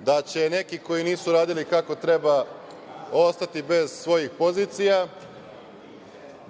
da će neki koji nisu radili kako treba ostati bez svojih pozicija,